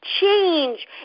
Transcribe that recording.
change